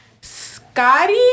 scotty